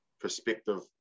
perspective